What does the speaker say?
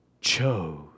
chose